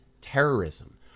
terrorism